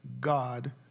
God